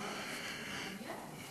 באמת?